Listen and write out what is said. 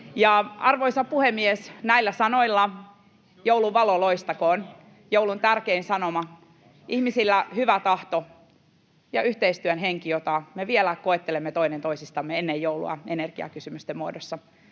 Arvoisa puhemies! Näillä sanoilla: Jouluvalo loistakoon. Joulun tärkein sanoma: ihmisillä hyvä tahto ja yhteistyön henki, jota me vielä koettelemme toinen toisistamme ennen joulua energiakysymysten muodossa.